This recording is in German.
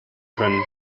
können